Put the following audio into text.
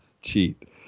cheat